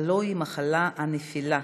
הלוא היא מחלת הנפילה,